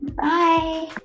Bye